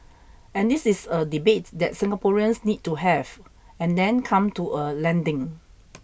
and this is a debate that Singaporeans need to have and then come to a landing